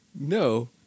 No